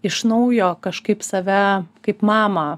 iš naujo kažkaip save kaip mamą